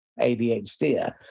ADHD